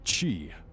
Chi